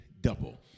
double